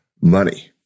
money